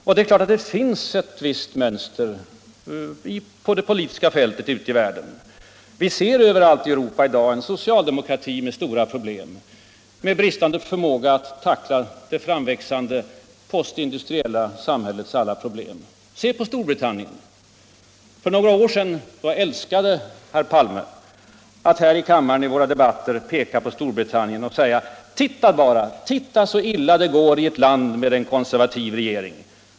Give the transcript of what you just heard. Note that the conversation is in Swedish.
Och det är klart att det finns ett visst mönster för det politiska skeendet ute i världen. Vi ser överallt i Europa i dag en socialdemokrati med stora problem, med bristande förmåga att tackla det framväxande postindustriella samhällets alla problem. Se bara på Storbritannien! För några år sedan älskade herr Palme att i våra debatter här i kammaren peka på Storbritannien och säga: Titta bara så illa det går i ett land med en konservativ regering!